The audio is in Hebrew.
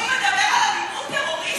הוא מדבר על אלימות טרוריסטית?